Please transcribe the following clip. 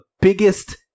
biggest